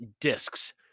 discs